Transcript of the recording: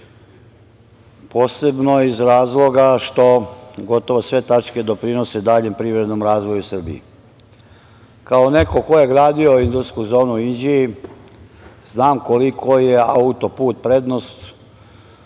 posebno iz razloga što gotovo sve tačke doprinose daljem privrednom razvoju Srbije. Kao neko ko je gradio industrijsku zonu u Inđiji, znam koliko je autoput prednost